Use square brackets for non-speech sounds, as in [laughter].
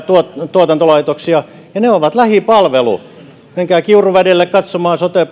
tuotantolaitoksia ja ne ovat lähipalvelu menkää kiuruvedelle katsomaan sote [unintelligible]